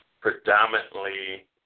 predominantly